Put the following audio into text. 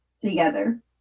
together